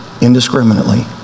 indiscriminately